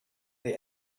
they